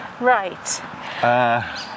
right